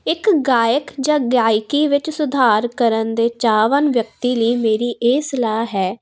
ਇਕ ਗਾਇਕ ਜਾਂ ਗਾਇਕੀ ਵਿੱਚ ਸੁਧਾਰ ਕਰਨ ਦੇ ਚਾਹਵਾਨ ਵਿਅਕਤੀ ਲਈ ਮੇਰੀ ਇਹ ਸਲਾਹ ਹੈ